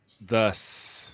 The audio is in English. thus